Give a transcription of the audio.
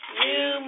new